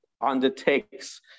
undertakes